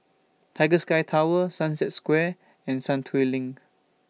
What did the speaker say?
Tiger Sky Tower Sunset Square and Sentul LINK